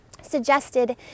suggested